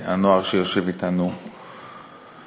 והנוער שיושב אתנו כאן,